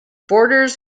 borders